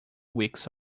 weeks